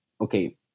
okay